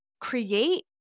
create